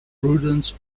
prudence